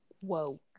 Whoa